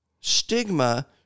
stigma